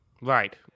Right